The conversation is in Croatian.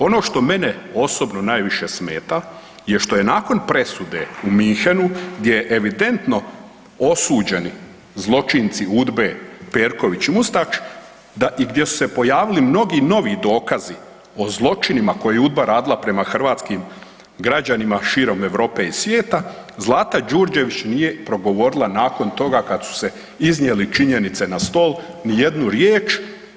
Ono što mene osobno najviše smeta je što je nakon presude u Munchenu gdje evidentno osuđeni zločinci UDBA-e Perković i Mustač i gdje su se pojavili mnogi novi dokazi o zločinima koje je UDBA radila prema hrvatskim građanima širom Europe i svijeta, Zlata Đurđević nije progovorila nakon toga kad su se iznijele činjenice na stol ni jednu riječ.